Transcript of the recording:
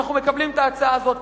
אנחנו מקבלים את ההצעה הזאת,